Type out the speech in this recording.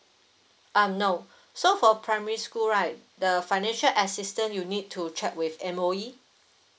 um no so for primary school right the financial assistance you need to check with M_O_E